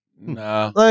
Nah